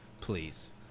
please